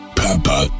papa